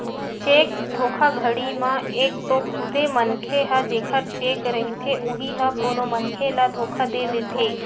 cheque धोखाघड़ी म एक तो खुदे मनखे ह जेखर चेक रहिथे उही ह कोनो मनखे ल धोखा दे देथे